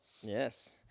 yes